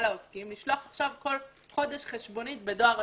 העוסקים לשלוח כל חודש חשבונית בדואר רשום.